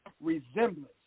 resemblance